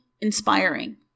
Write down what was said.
inspiring